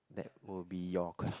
that would be your